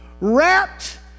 wrapped